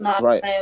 Right